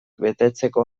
betetzeko